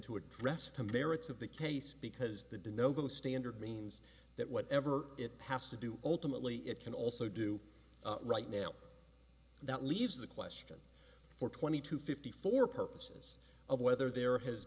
to address the merits of the case because the de novo standard means that whatever it has to do ultimately it can also do right now that leaves the question for twenty to fifty for purposes of whether there has